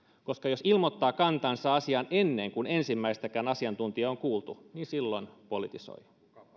koska jos ilmoittaa kantansa asiaan ennen kuin ensimmäistäkään asiantuntijaa on kuultu niin silloin politisoi